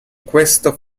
questo